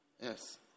Yes